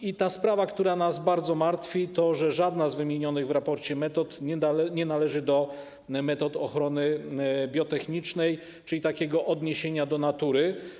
I sprawa, która nas bardzo martwi - żadna z wymienionych w raporcie metod nie należy do metod ochrony biotechnicznej, czyli takiego odniesienia do natury.